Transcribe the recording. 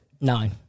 Nine